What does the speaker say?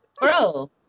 Bro